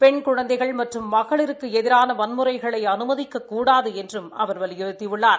பெண் குழந்தைள் மற்றும் மகளிருக்கு எதிரான வன்முறைகளுக்கு அனுமதிக்கக்கூடாது என்றும் அவர் வலியுறுத்தியுள்ளார்